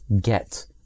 get